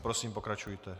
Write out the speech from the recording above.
Prosím, pokračujte.